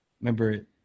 remember